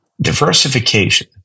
Diversification